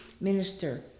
minister